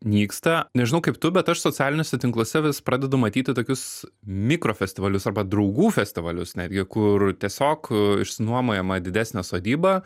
nyksta nežinau kaip tu bet aš socialiniuose tinkluose vis pradedu matyti tokius mikro festivalius arba draugų festivalius netgi kur tiesiog a išsinuomojama didesnė sodyba